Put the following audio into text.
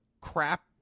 crap